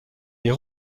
les